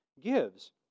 gives